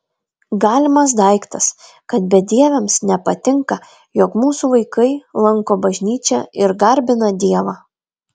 galimas daiktas kad bedieviams nepatinka jog mūsų vaikai lanko bažnyčią ir garbina dievą